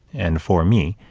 and for me,